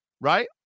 right